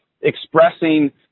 expressing